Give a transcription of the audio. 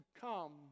come